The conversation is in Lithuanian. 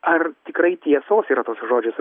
ar tikrai tiesos yra tuose žodžiuose